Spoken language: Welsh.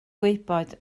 gwybod